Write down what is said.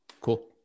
Cool